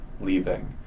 leaving